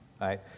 right